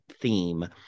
theme